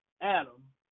Adam